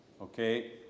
Okay